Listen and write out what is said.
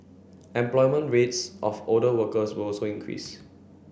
employment rates of older workers will also increase